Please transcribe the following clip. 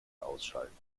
ausschalten